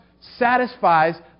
satisfies